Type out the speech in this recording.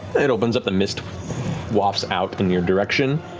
it opens up. the mist wafts out in your direction.